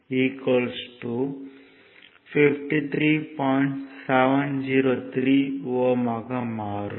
703 Ω ஆக மாறும்